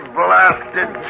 blasted